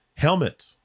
helmet